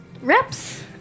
reps